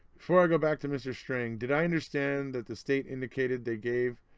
before i go back to mr strang did i understand that the state indicated they gave